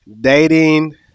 dating